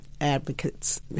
advocates